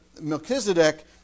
Melchizedek